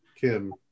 Kim